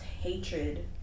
hatred